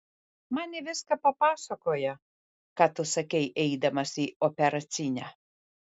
man ji viską papasakojo ką tu sakei eidamas į operacinę